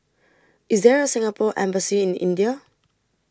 IS There A Singapore Embassy in India